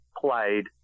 played